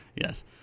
Yes